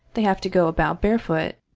they have to go about barefoot.